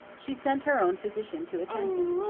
she sent her own physician to attend him.